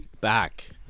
back